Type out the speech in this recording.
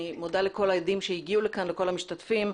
אני מודה לכל העדים שהגיעו לכאן, לכל המשתתפים.